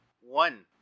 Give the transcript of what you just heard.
one